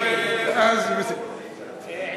עיסאווי,